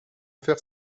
faire